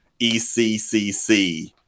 ECCC